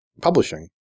publishing